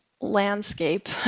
landscape